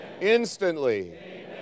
instantly